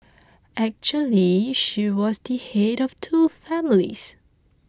actually she was the head of two families